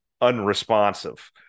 unresponsive